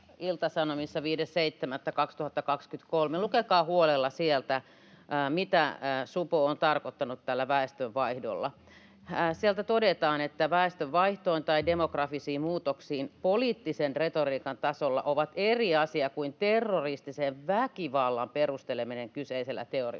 Ilta-Sanomista 5.7.2023 huolella, mitä supo on tarkoittanut tällä väestönvaihdolla. Siellä todetaan, että ”viittaukset väestönvaihtoon tai demografisiin muutoksiin poliittisen retoriikan tasolla ovat eri asia kuin terroristisen väkivallan perusteleminen kyseisellä teorialla”.